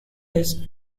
his